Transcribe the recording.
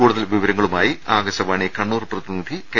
കൂടുതൽ വിവരങ്ങളുമായി ആകാശവാണി കണ്ണൂർ പ്രതിനിധി കെ